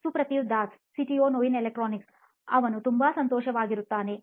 ಸುಪ್ರತಿವ್ Das CTO ನೋಯಿನ್ ಎಲೆಕ್ಟ್ರಾನಿಕ್ಸ್ಅವನು ತುಂಬಾ ಸಂತೋಷವಾಗಿರುತ್ತಾನೆ